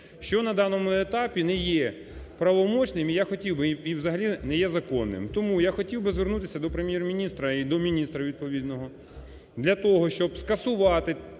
що на даному етапі не є правоможним, і я хотів би, і взагалі не є законним. Тому я хотів би звернутися до Прем'єр-міністра і до міністра відповідного для того, щоб скасувати